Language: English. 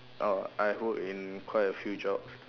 oh I work in quite a few jobs